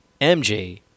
MJ